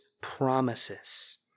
promises